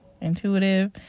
Intuitive